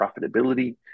profitability